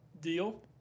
deal